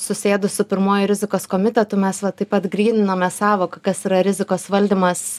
susėdus su pirmuoju rizikos komitetu mes va taip pat gryninome sąvoką kas yra rizikos valdymas